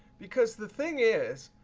because the thing is,